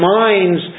minds